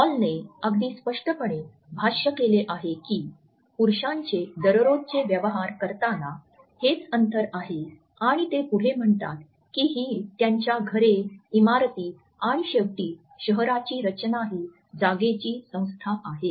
हॉलने अगदी स्पष्टपणे भाष्य केले आहे की पुरुषांचे दररोजचे व्यवहार करताना हेच अंतर आहे आणि ते पुढे म्हणतात की ही त्याच्या घरे इमारती आणि शेवटी शहराची रचना ही जागेची संस्था आहे